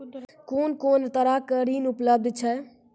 कून कून तरहक ऋण उपलब्ध छै?